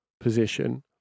position